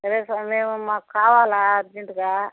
సరే సార్ మేము మాకు కావాలి అర్జెంటుగా